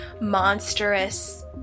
monstrous